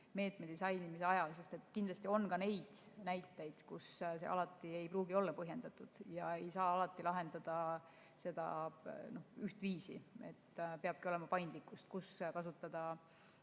meetme disainimisel ajal. Kindlasti on ka näiteid, et see alati ei pruugi olla põhjendatud. Ei saa alati lahendada kõike ühtviisi. Peabki olema paindlikkus: kus kasutada